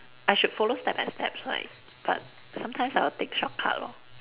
I should follow step by steps right but sometimes I'll take shortcut lor